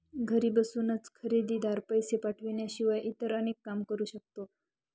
घरी बसूनच खरेदीदार, पैसे पाठवण्याशिवाय इतर अनेक काम करू शकतो